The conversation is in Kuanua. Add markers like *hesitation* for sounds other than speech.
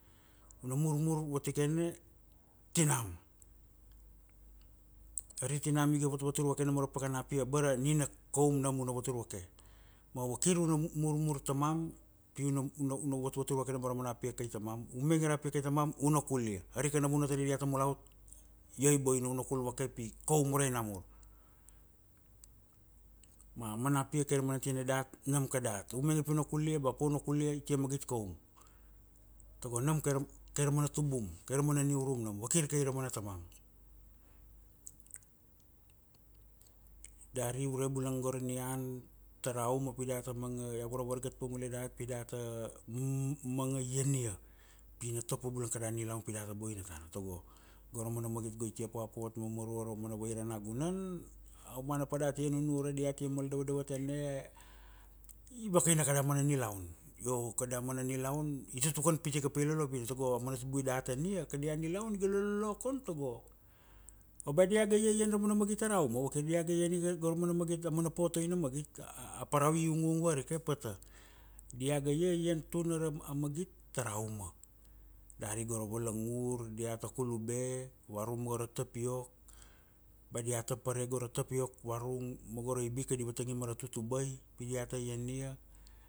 U na murmur vatikene tinam, ari tinam iga vatvatur vake namo ra pakana pi abara nina kaum nam u na vatur vake. Ma vakir u na murmur tamam *hesitation* u na vatvatur vake namo ra mana pia kai tamam, u mainge ra pi kai tamam u na kulia, ari kana vuntarai dia ta mulaot, io i boina u na kul vake pi kaum urai na mur. Ma a mana pia kai ra mana tinai dat nam kadat, u ,mainge pi u na kulia ba pa u na kulia, i tia magit kaum. Tago nam kai ra, kai ra mana tubum, kai ra mana niurum nam wakir kai ra mana tamam. Dari ure bulang go ra nian ta ra a uma pi data manga, iau varavaragat pa mule dat pi data *hesitation* manga iania, pi na to pa bula kada nilaun pi data boina tana. Tago go ra mana magit i tia poapot ma maro ra mana vaira na gunan, a umana pa da tia nunure dia tia mal dava davatane, i vakaina kada mana nilaun. Io kada mana nilaun i tutukan pit ika pa i lolovina, tago a mana tubui dat ania kadia nilaun iga lolokon tago, au ba dia ga iaian ra mana magit tara a uma, vakir dia ga iaian iga go ra mana magit a mana potoi na magit, a parau i ungung varike pata, dia ga iaian tuna ra magit ta ra a uma, dari go ra valangur, dia ta kulube varurung ma go ra tapiok, ba dia ta pare go ra tapiok varurung ma go ra ibika, di vatang ia ma ra tutubai pi dia ta iania.